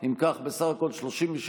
לפיכך, בסך הכול 37 בעד,